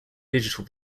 digital